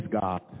God